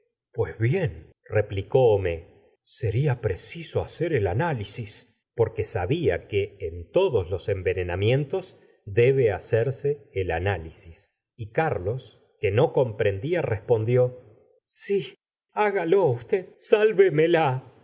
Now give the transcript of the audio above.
pues bien replicó homais serfa preciso haeer el análisis porque sabia que en todos los envenenamientos debe hacerse el análisis y carlos que no comprendía respondió si hágalo usted sálvemelal